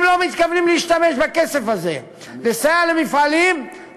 אם לא מתכוונים להשתמש בכסף הזה לסייע למפעלים,